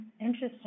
Interesting